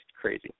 crazy